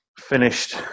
finished